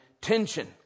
tension